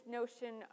notion